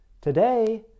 Today